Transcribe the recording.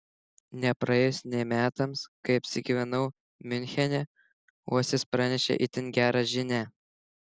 nepraėjus nė metams kai apsigyvenau miunchene uosis pranešė itin gerą žinią